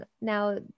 now